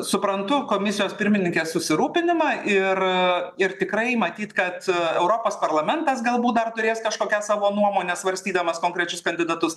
suprantu komisijos pirmininkės susirūpinimą ir ir tikrai matyt kad europos parlamentas galbūt dar turės kažkokią savo nuomonę svarstydamas konkrečius kandidatus